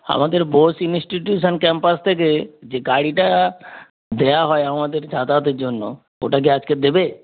আমাদের Bose institution campus থেকে যে গাড়িটা দেওয়া হয় আমাদের যাতায়াতের জন্য ওটা কি আজকের দেবে